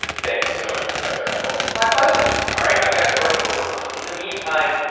thank you so much, professor eckel my pleasure all right. i've got a commercial to work on. in the meantime,